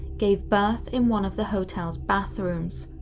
gave birth in one of the hotel's bathrooms,